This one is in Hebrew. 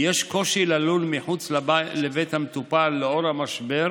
יש קושי ללון מחוץ לבית המטופל בשל המשבר,